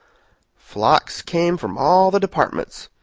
flocks came from all the departments.